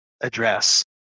address